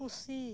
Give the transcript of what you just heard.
ᱯᱩᱥᱤ